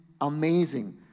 amazing